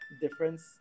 difference